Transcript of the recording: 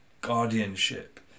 guardianship